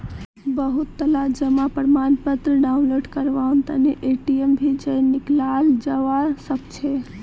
बहुतला जमा प्रमाणपत्र डाउनलोड करवार तने एटीएमत भी जयं निकलाल जवा सकछे